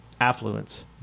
affluence